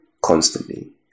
Constantly